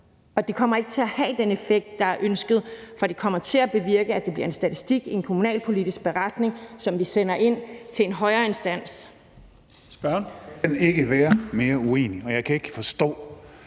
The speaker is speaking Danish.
Og det kommer ikke til at have den effekt, der er ønsket, for det kommer til at bevirke, at det bliver en statistik i en kommunalpolitisk beretning, som vi sender ind til en højere instans.